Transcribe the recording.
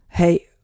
Hey